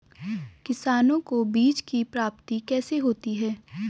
किसानों को बीज की प्राप्ति कैसे होती है?